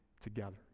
together